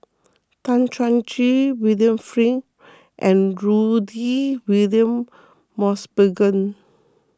Tan Chuan Jin William Flint and Rudy William Mosbergen